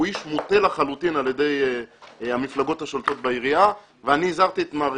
הוא איש מוטה לחלוטין על ידי המפלגות השולטות בעירייה ואני הזהרתי את מר